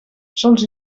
sols